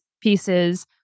pieces